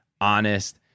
honest